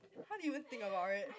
how did you think about it